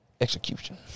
execution